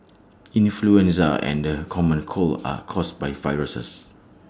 influenza and the common cold are caused by viruses